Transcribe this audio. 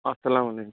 اَسلامُ علیکُم